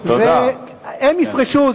הם יפרשו?